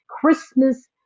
Christmas